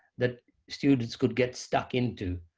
that students could get stuck into.